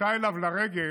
עלתה אליו לרגל